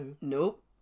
nope